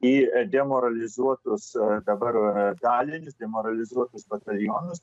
į demoralizuotus dabar dalinius demoralizuotus batalionus